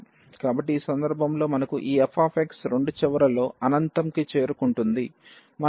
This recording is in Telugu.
కాబట్టి ఈ సందర్భంలో మనకు ఈ f రెండు చివర్లలో అనంతం ∞ కి చేరుకుంటుంది